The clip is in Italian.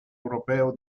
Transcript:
europeo